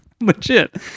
Legit